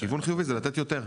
כיוון חיובי זה לתת יותר.